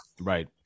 Right